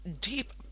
deep